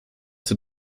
zur